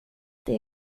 det